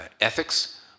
ethics